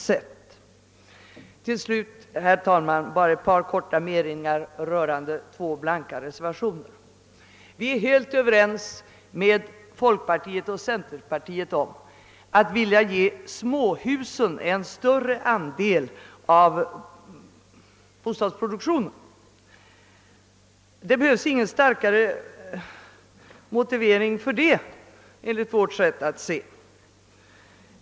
Slutligen, herr talman, bara några ord om två blanka reservationer. Vi är helt överens med folkpartiet och centerpartiet om att vilja ge småhusen en större andel av bostadsproduktionen. Det behövs, enligt vårt sett att se ingen närmare motivering härför.